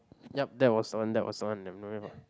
yup that was one that was one the one